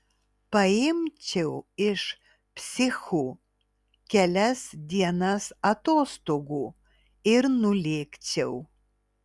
paimčiau iš psichų kelias dienas atostogų ir nulėkčiau